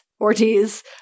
Ortiz